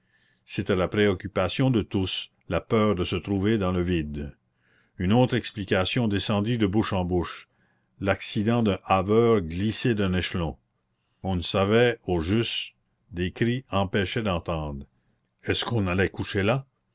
c'était la préoccupation de tous la peur de se trouver dans le vide une autre explication descendit de bouche en bouche l'accident d'un haveur glissé d'un échelon on ne savait au juste des cris empêchaient d'entendre est-ce qu'on allait coucher là